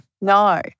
No